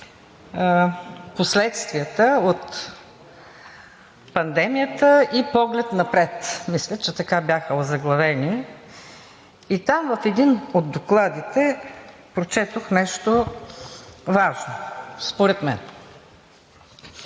последствията от пандемията и поглед напред – мисля, че така бяха озаглавени. И там в един от докладите прочетох нещо важно според мен